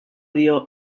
dio